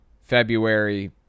February